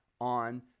on